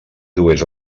dues